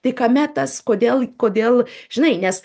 tai kame tas kodėl kodėl žinai nes